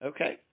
Okay